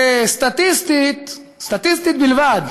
וסטטיסטית, סטטיסטית בלבד,